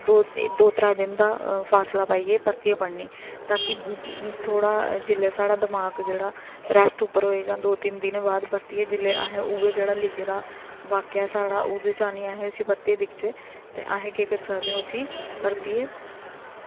दो त्रै दिन दा फासला पाइयै परतियै पढ़नी ताकि थोह्ड़ा जेल्लै साढ़ा दमाक जेह्ड़ा रेस्ट पर होए जां दौ तिन्न दिन बाद परतियै जेल्लै असें उ'ऐ जेह्ड़ा लिखे दा वाक्य साढ़ा उ'ऐ चाह्न्नीं आं कि अस उसी परतियै दिखचै ते असें केह् करी सकदे आं उसी परतियै